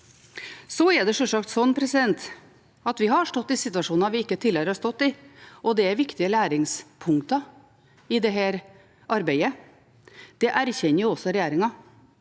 er selvsagt slik at vi har stått i situasjoner vi ikke tidligere har stått i, og det er viktige læringspunkter i dette arbeidet. Det erkjenner også regjeringen.